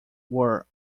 were